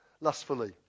lustfully